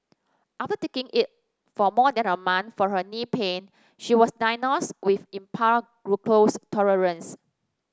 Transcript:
after taking it for more than a month for her knee pain she was diagnosed with impaired glucose tolerance